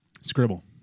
Scribble